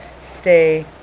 stay